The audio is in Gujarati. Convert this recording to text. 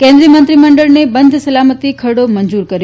કેન્દ્રિય મંત્રીમંડળને બંધ સલામતી ખરડો મંજુર કર્યો છે